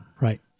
right